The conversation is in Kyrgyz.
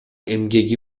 эмгеги